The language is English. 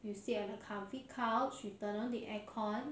you sit on a comfy couch you turn on the aircon